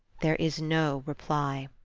there is no reply.